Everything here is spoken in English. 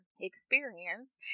experience